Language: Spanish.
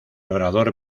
orador